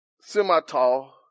semi-tall